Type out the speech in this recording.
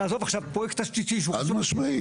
נעזוב עכשיו פרויקט תשתיתי שהוא חשוב --- חד משמעית.